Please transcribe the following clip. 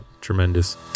tremendous